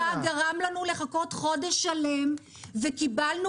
משרד התחבורה גרם לנו לחכות חודש שלם וקיבלנו